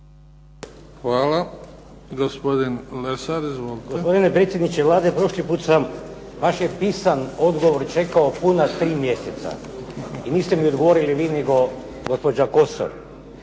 Dragutin (Nezavisni)** Gospodine predsjedniče Vlade, prošli put sam vaš pisan odgovor čekao puna tri mjeseca i niste mi odgovorili vi nego gospođa Kosor.